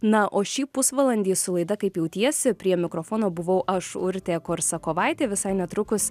na o šį pusvalandį su laida kaip jautiesi prie mikrofono buvau aš urtė korsakovaitė visai netrukus